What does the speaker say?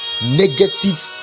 negative